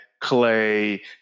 Clay